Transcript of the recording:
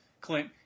Clint